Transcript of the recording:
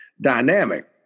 dynamic